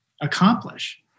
accomplish